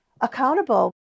accountable